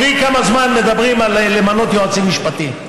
תראי כמה זמן מדברים על למנות יועצים משפטיים.